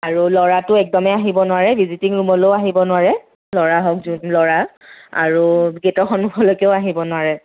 আৰু ল'ৰাটো একদমেই আহিব নোৱাৰে ভিজিটিং ৰুমলৈও আহিব নোৱাৰে ল'ৰা হওক যোন ল'ৰা আৰু গেটৰ সন্মুখলৈকেও আহিব নোৱাৰে